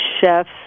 chefs